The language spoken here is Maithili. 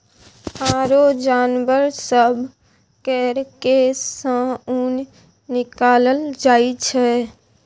आरो जानबर सब केर केश सँ ऊन निकालल जाइ छै